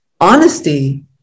Honesty